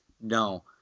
No